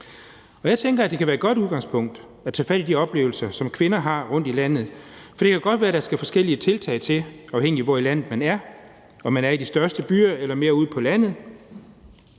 Og jeg tænker, at det kan være et godt udgangspunkt at tage fat i de oplevelser, som kvinder har rundt i landet, for det kan godt være, at der skal forskellige tiltag til, afhængigt af hvor i landet man er – om man er i de største byer eller mere ude på landet.